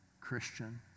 Christian